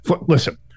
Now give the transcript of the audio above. listen